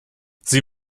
sie